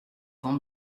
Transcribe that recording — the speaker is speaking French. avant